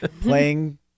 playing